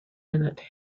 minute